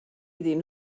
iddyn